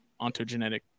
ontogenetic